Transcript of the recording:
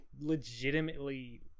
legitimately